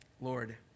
Lord